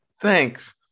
Thanks